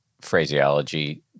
phraseology